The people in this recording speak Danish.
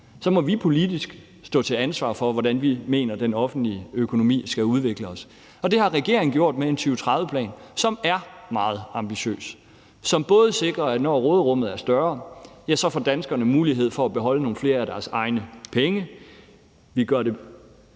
Så må vi politisk stå til ansvar for, hvordan vi mener den offentlige økonomi skal udvikle sig. Det har regeringen gjort med en 2030-plan, som er meget ambitiøs, og som ikke alene sikrer, at når råderummet er større, får danskerne mulighed for at beholde nogle flere af deres egne penge. Vi gør det